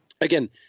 again